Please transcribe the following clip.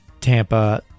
Tampa